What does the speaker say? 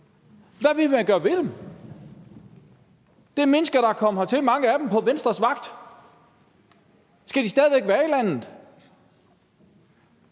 Hvad vil man gøre ved dem? Det er mennesker, der er kommet hertil, mange af dem på Venstres vagt. Skal de stadig væk være i landet?